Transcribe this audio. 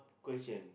question